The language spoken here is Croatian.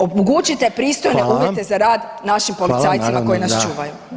Omogućite pristojne uvjete za rad našim policajcima koji nas čuvaju.